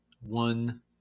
one